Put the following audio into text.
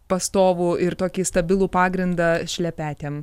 pastovų ir tokį stabilų pagrindą šlepetėm